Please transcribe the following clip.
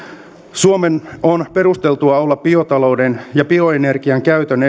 suomen on perusteltua olla biotalouden ja bioenergian käytön